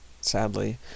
sadly